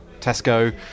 Tesco